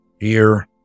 ear